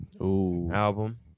album